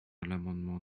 l’amendement